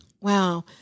Wow